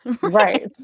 Right